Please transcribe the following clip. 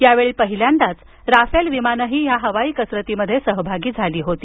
यावेळी पहिल्यांदाच राफेल विमानेही या हवाई कसरतीत सहभागी झाली होती